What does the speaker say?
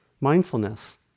mindfulness